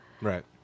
Right